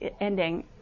ending